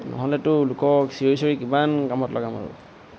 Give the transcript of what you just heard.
নহ'লেতো লোকক চিঞৰি চিঞৰি কিমান কামত লগাম আৰু